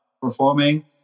performing